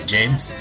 James